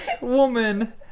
woman